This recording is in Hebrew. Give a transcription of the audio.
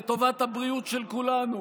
לטובת הבריאות של כולנו,